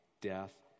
death